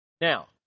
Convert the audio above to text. Now